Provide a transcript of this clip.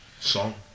Song